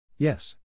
Yes